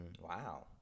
wow